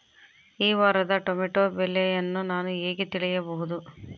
ಈ ವಾರದ ಟೊಮೆಟೊ ಬೆಲೆಯನ್ನು ನಾನು ಹೇಗೆ ತಿಳಿಯಬಹುದು?